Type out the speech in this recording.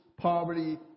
poverty